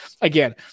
again